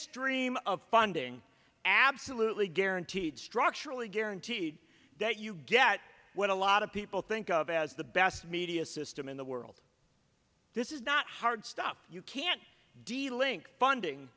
stream of funding absolutely guaranteed structurally guaranteed that you get what a lot of people think of as the best media system in the world this is not hard stuff you can't deal link funding